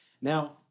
Now